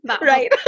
Right